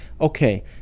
okay